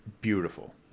beautiful